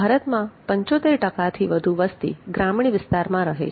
ભારતમાં 75 થી વધુ વસ્તી ગ્રામીણ વિસ્તારમાં રહે છે